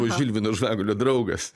žilvino žvagulio draugas